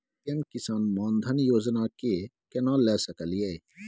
PM Kisan Maan Dhan योजना के केना ले सकलिए?